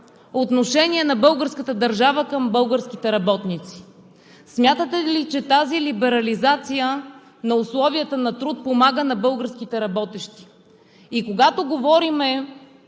отношение на българската държава към българските работници? Смятате ли, че тази либерализация на условията на труд помага на българските работещи? Когато говорим